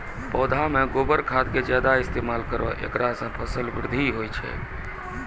पौधा मे गोबर खाद के ज्यादा इस्तेमाल करौ ऐकरा से फसल बृद्धि होय छै?